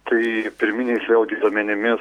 tai pirminiais vėlgi duomenimis